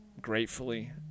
gratefully